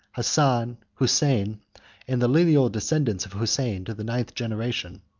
hassan, hosein, and the lineal descendants of hosein to the ninth generation.